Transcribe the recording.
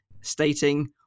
stating